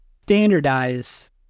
standardize